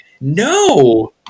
no